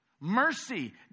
Mercy